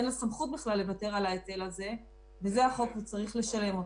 אין סמכות בכלל לוותר על ההיטל הזה וזה החוק וצריך לשלם אותו.